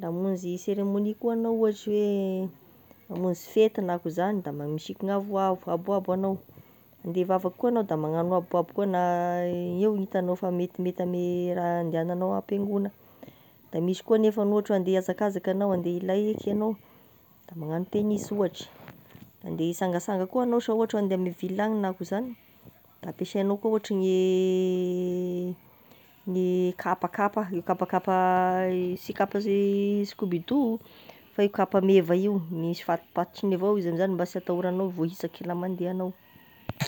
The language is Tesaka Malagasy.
la hamonzy céremonie koa anao ohatry hoe hamonzy fety na akoa zany da mani- misiky gn'avoavo aboabo anao ndeha hivavaka koa anao de magnano aboabo koa, na io gn'itagnao fa metimety ame raha andehananao am-piangona, da misy koa nefany ohatry andeha hiazakazaka anao ande hilay eky enao da magnano tenisy ohatry, andeha hisangasanga koa anao sa ohatry hoe andeha ame ville any na akoa zany da ampiasaignao koa ohatry igny e gne kapakapa, e kapakapa sy kapa si- skobido fa e kapa meva io, misy fatopatotriny evao izy amin'izany mba sy atahoragnao voahisaky la mandeha anao.